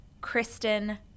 Kristen